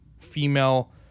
female